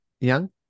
Young